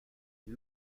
une